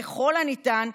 ככל הניתן,